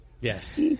Yes